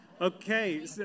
Okay